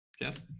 Jeff